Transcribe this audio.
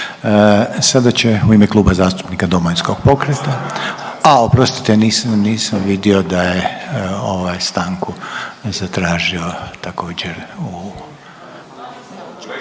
Sada će u ime Kluba zastupnika Domovinskog pokreta, a oprostite nisam, nisam vidio da je ovaj stanku zatražio također…